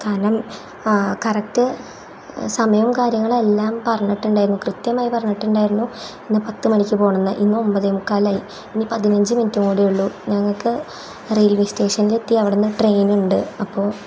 കാരണം കറക്റ്റ് സമയവും കാര്യങ്ങളെല്ലാം പറഞ്ഞിട്ടുണ്ടായിരുന്നു കൃത്യമായി പറഞ്ഞിട്ടുണ്ടായിരുന്നു ഇന്നു പത്തു മണിക്ക് പോകണമെന്നു ഇന്നൊൻപതേ മുക്കാലായി ഇനി പതിനഞ്ച് മിനിറ്റ് കൂടിയേ ഉള്ളു ഞങ്ങൾക്ക് റെയിൽവേ സ്റ്റേഷനിലെത്തി അവിടെ നിന്ന് ട്രെയിനുണ്ട് അപ്പോൾ